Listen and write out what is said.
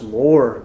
more